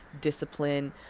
discipline